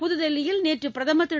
புதுதில்லியில் நேற்று பிரதமர் திரு